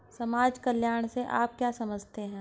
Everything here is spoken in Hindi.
समाज कल्याण से आप क्या समझते हैं?